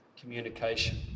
communication